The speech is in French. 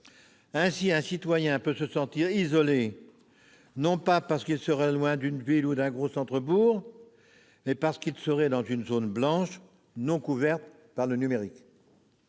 Ainsi, un citoyen peut se sentir isolé, non pas parce qu'il se trouve loin d'une ville ou d'un gros centre-bourg, mais parce qu'il est dans une zone blanche non couverte par le numérique.